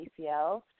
ACL